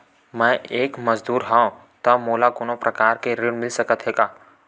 मैं एक मजदूर हंव त मोला कोनो प्रकार के ऋण मिल सकत हे का?